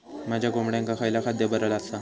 माझ्या कोंबड्यांका खयला खाद्य बरा आसा?